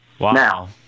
Now